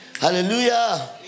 Hallelujah